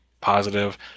positive